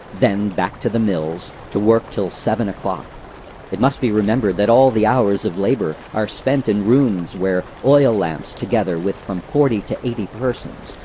then back to the mills, to work till seven o'clock it must be remembered that all the hours of labor are spent in rooms where oil lamps, together with from forty to eighty persons,